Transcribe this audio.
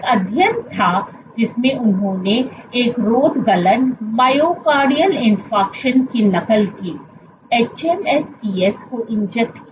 एक अध्ययन था जिसमें उन्होंने एक रोधगलन मायोकार्डियल इंफाक्शॅन की नकल की hMSCs को इंजेक्ट किया